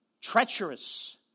treacherous